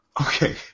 Okay